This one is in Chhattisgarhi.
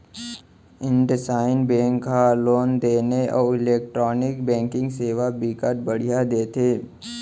इंडसइंड बेंक ह लेन देन अउ इलेक्टानिक बैंकिंग सेवा बिकट बड़िहा देथे